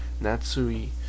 Natsui